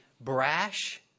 brash